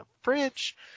Fridge